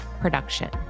production